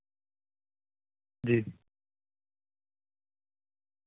جی